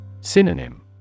Synonym